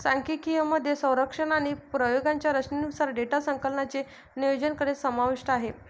सांख्यिकी मध्ये सर्वेक्षण आणि प्रयोगांच्या रचनेनुसार डेटा संकलनाचे नियोजन करणे समाविष्ट आहे